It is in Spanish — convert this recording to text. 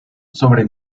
sobre